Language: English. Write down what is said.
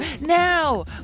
now